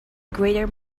greater